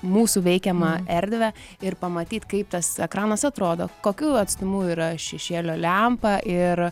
mūsų veikiamą erdvę ir pamatyt kaip tas ekranas atrodo kokiu atstumu yra šešėlio lempa ir